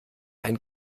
ein